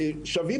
רגע,